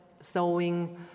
sowing